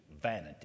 vanity